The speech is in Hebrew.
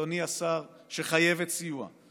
אדוני השר, שחייבת סיוע.